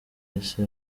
wese